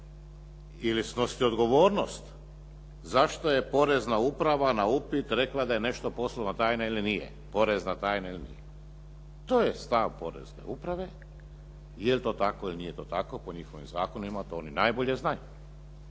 ili snositi odgovornost zašto je porezna uprava na upit rekla da je nešto poslovna tajna ili nije, porezna tajna ili nije. To je stav porezne uprave je li to tako ili nije to tako po njihovim zakonima. To oni najbolje znaju.